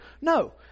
No